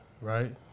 right